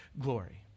glory